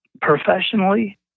professionally